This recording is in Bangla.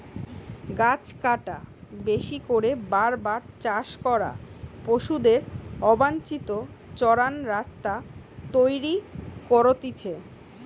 গাছ কাটা, বেশি করে বার বার চাষ করা, পশুদের অবাঞ্চিত চরান রাস্তা তৈরী করতিছে